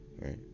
right